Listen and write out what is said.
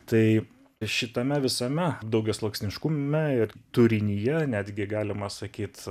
tai šitame visame daugiasluoksniškume ir turinyje netgi galima sakyt